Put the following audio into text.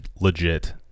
legit